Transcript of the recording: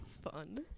Fun